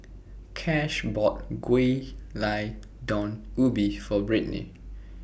Cash bought Gulai Daun Ubi For Britni